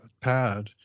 pad